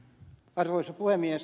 arvoisa puhemies